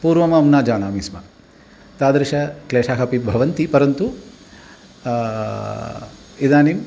पूर्वमहं न जानामि स्म तादृशः क्लेशः अपि भवन्ति परन्तु इदानीम्